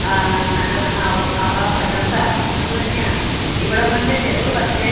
നല്ലതാണ് അവ അവ പ്രശംസ അർഹിക്കുന്നത് തന്നെയാണ് ഇവിടങ്ങളിലെ ചിലവ് പക്ഷെ